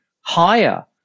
higher